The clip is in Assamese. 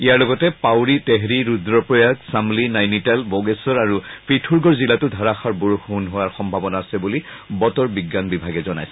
ইয়াৰ লগতে পাউৰী তেহৰী ৰুদ্ৰপ্ৰয়াগ চামলী নাইনিতাল ভোগেশ্বৰ আৰু পিথোৰগড় জিলাতো ধাৰাষাৰ বৰষুণ হোৱাৰ সম্ভাৱনা আছে বুলি বতৰ বিজ্ঞান বিভাগে জনাইছে